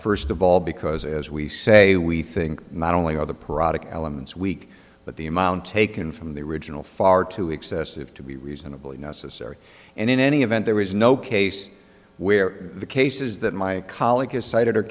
first of all because as we say we think not only are the product elements weak but the amount taken from the original far too excessive to be reasonably necessary and in any event there is no case where the cases that my colleague has cited are